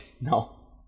no